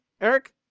Eric